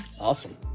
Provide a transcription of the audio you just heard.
Awesome